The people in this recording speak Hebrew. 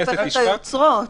זה לא שאי אפשר.